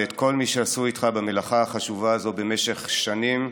ואת כל מי שעסקו איתך במלאכה החשובה הזו במשך שנים,